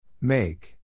Make